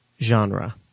genre